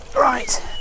right